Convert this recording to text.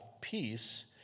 peace